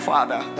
Father